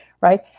right